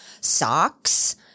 socks